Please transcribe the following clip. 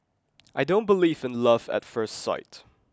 I don't believe in love at first sight